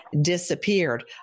disappeared